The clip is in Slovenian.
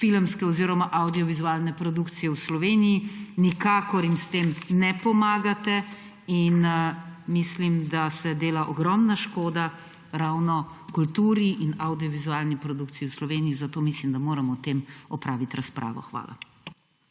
oziroma avdiovizualne produkcije v Sloveniji. Nikakor jim s tem ne pomagate in mislim, da se dela ogromna škoda ravno kulturi in avdiovizualni produkciji v Sloveniji, zato mislim, da moramo o tem opraviti razpravo. Hvala.